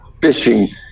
fishing